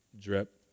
drip